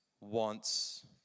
wants